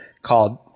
called